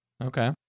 Okay